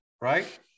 right